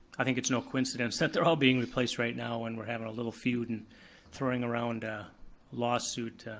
i think it's no coincidence that they're all being replaced right now when we're having our little feud and throwing around ah lawsuit